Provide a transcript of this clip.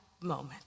moment